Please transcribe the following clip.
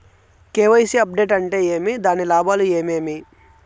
KYC update అంటే ఏమి? దాని లాభాలు ఏమేమి?